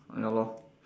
ya lor